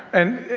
and,